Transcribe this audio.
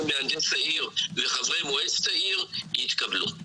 מהנדס העיר וחברי מועצת העיר יתקבלו.